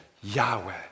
Yahweh